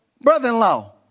brother-in-law